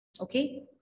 Okay